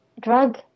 drug